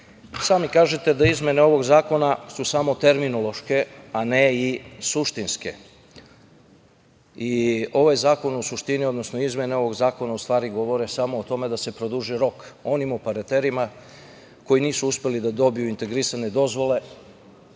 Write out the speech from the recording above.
lako. Sami kažete da izmene ovog zakona su samo terminološke, a ne i suštinske. Ovaj zakona u suštini, izmene ovog zakona govore samo o tome da se produžuje rok onim operaterima koji nisu uspeli da dobiju integrisane dozvole,